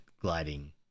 Gliding